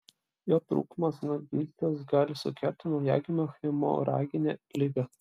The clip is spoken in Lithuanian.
jo trūkumas anot gydytojos gali sukelti naujagimio hemoraginę ligą